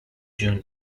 june